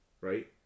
right